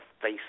face